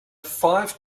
five